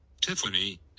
Tiffany